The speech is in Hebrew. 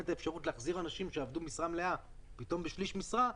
האפשרות להחזיר אנשים שעבדו משרה מלאה לשליש משרה,